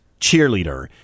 cheerleader